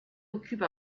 occupe